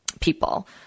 people